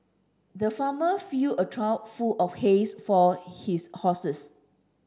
the farmer filled a trough full of his for his horses